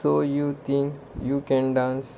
so you think you can dance